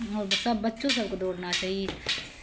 आओर सभ बच्चो सभकेँ दौड़ना चाही